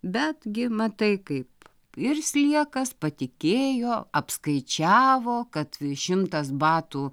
betgi matai kaip ir sliekas patikėjo apskaičiavo kad v šimtas batų